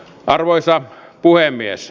arvoisa puhemies